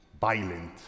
violent